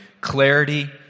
clarity